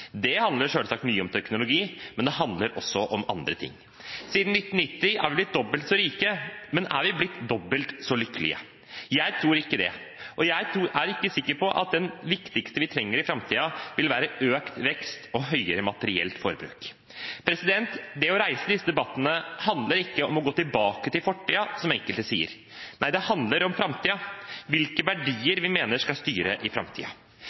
Det handler selvsagt mye om teknologi, men det handler også om andre ting. Siden 1990 har vi blitt dobbelt så rike, men er vi blitt dobbelt så lykkelige? Jeg tror ikke det, og jeg er ikke sikker på at det viktigste vi vil trenge i framtiden, er økt vekst og høyere materielt forbruk. Det å reise disse debattene handler ikke om å gå tilbake til fortiden, som enkelte sier. Nei, det handler om framtiden – hvilke verdier vi mener skal styre i